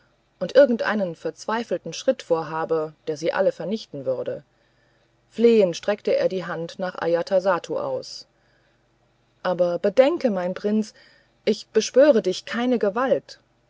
und irgendeinen verzweifelten schritt vorhabe der sie alle vernichten würde flehend streckte er die hand nach ajatasattu aus aber bedenke mein prinz ich beschwöre dich keine gewalt